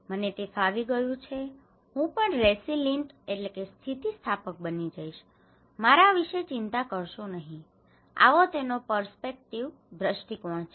મને તે ફાવી ગયું છે હું પણ રેસિલીંટ resilient સ્થિતિસ્થાપક બની જઈશ મારા વિશે ચિંતા કરશો નહીં આવો તેનો પર્સ્પેક્ટિવ perspective દૃષ્ટિકોણ છે